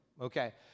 Okay